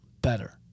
better